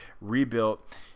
rebuilt